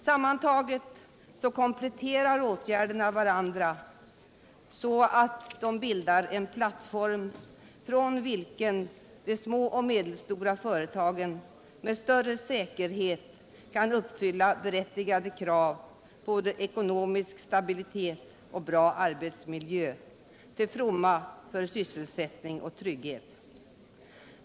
Sammantaget kompletterar de i propositionen föreslagna åtgärderna varandra så att de bildar en plattform, från vilken de små och medelstora företagen med större säkerhet kan uppfylla berättigade krav på både ekonomisk stabilitet och bra arbetsmiljö till fromma för sysselsättning och trygghet.